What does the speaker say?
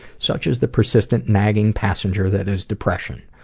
such is the persistent nagging passenger that is depression,